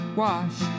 wash